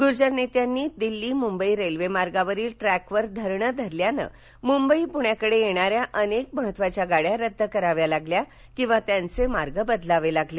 गुर्जर नेत्यांनी दिल्ली मुंबई रेल्वे मार्गावरील ट्रॅकवर धरणे धरल्यानं मुंबई पुण्याकडे येणाऱ्या अनेक महत्त्वाच्या गाड्या रद्द कराव्या लागल्या किंवा त्यांचे मार्ग बदलावे लागले